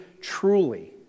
truly